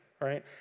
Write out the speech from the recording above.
right